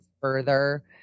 further